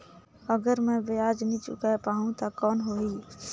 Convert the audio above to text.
अगर मै ब्याज नी चुकाय पाहुं ता कौन हो ही?